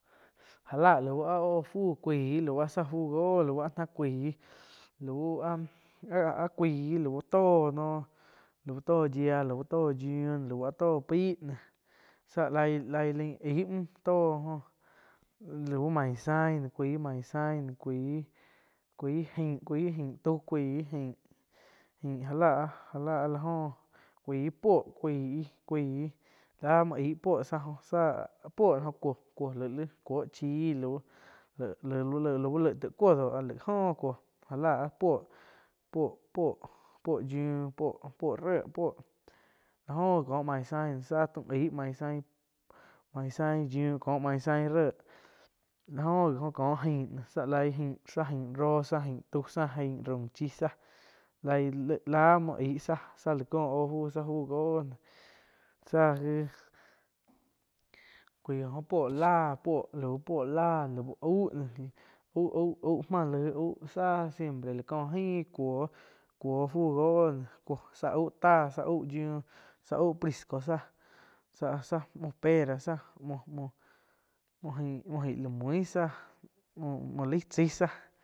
Jah la lau áh óho fuh kuaí lau áh záh fu goo lo, lau náh cuaih lau áh- áh-áh cuaih tóh noh lau tóh yíah, tóh yiuh tóh pai noh záh lai-lai laig aih muoh jo-jo mainzai cuaí cuái manzai cuaí, cuaí ain, cuaí ain taú cuáih ain já lá áh la góh cuái puoh cuái, cuái láh muoh aíh puo tsá joh áh puo no cuo-cuo lí cuóh chíh lau, lau laig taih cuoh dóh laih óho cuoh já láh puo-puo-puo yih, puo ré puo. Ah go gi ko maizain záh taum aig maizain yiuh có maizai ré lá oh go oh có ain noh. Laig ain záh ain raum chi, záh laig ai la muoh aih záh, cóh óho fu záh fu go záh, cuaih oh jho puoo láh, lau puoh láh, lauh auh noh. au-au mah laig záh siempre láh cóh ain cuóh fu goh cuph záh auh táh, au yiuh záh au prisco, záh-záh muoh-muoh-muoh ain la muíh muoh laig tzái záh.